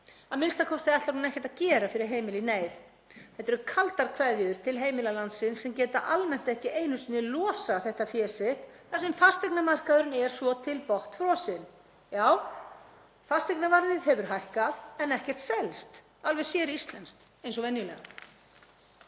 síðan, a.m.k. ætlar hún ekkert að gera fyrir heimili í neyð. Þetta eru kaldar kveðjur til heimila landsins sem geta almennt ekki einu sinni losað þetta fé sitt þar sem fasteignamarkaðurinn er svo til botnfrosinn. Jú, fasteignaverðið hefur hækkar, en ekkert selst. Alveg séríslenskt eins og venjulega.